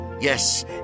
Yes